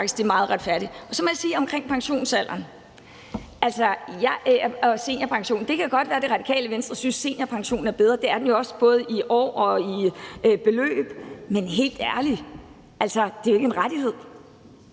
det er meget retfærdigt. Så må jeg om pensionsalderen og seniorpension sige, at det godt kan være, at Radikale Venstre synes, seniorpensionen er bedre, og det er den jo også både i antal år og i beløb, men helt ærligt: Det er jo ikke en rettighed.